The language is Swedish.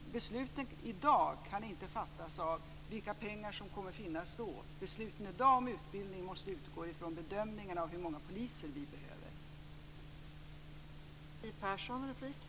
Beslutet i dag kan inte fattas på grundval av vilka pengar som kommer att finnas i framtiden. Beslutet i dag om utbildning måste utgå ifrån bedömningen av hur många poliser som vi behöver.